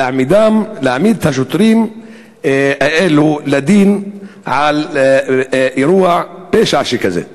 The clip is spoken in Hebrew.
להעמיד את השוטרים האלו לדין על אירוע פשע שכזה.